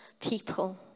people